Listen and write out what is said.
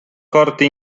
corte